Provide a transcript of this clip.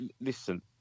listen